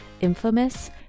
infamous